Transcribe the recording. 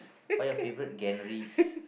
what your favourite Gantries